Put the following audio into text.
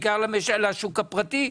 בעיקר לשוק הפרטי,